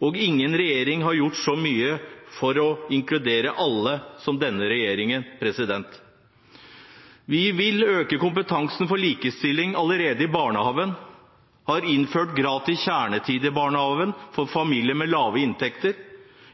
og ingen regjering har gjort så mye for å inkludere alle som denne regjeringen. Vi vil øke kompetansen på likestilling allerede i barnehagen, vi har innført gratis kjernetid i barnehagen for familier med lave inntekter,